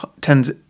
tens